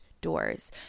doors